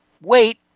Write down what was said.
wait